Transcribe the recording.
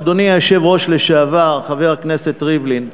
אדוני היושב-ראש לשעבר חבר הכנסת ריבלין,